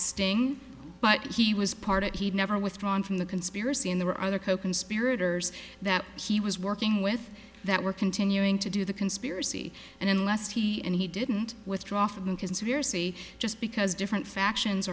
sting but he was part of he never withdrawn from the conspiracy and there were other coconspirators that he was working with that were continuing to do the conspiracy and unless he and he didn't withdraw from the conspiracy just because different factions